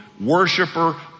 worshiper